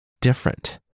different